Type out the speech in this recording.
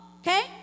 Okay